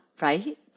right